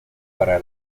para